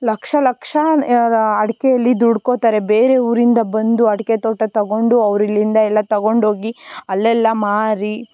ಲಕ್ಷ ಲಕ್ಷ ಅಡಿಕೆಯಲ್ಲಿ ದುಡ್ಕೋತಾರೆ ಬೇರೆ ಊರಿಂದ ಬಂದು ಅಡಿಕೆ ತೋಟ ತಗೊಂಡು ಅವರು ಇಲ್ಲಿಂದ ಎಲ್ಲ ತಗೊಂಡೋಗಿ ಅಲ್ಲೆಲ್ಲ ಮಾರಿ